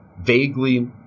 vaguely